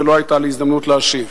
ולא היתה לי הזדמנות להשיב.